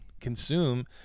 consume